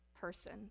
person